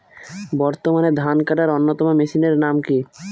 বর্তমানে ধান কাটার অন্যতম মেশিনের নাম কি?